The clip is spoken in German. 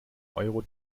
euro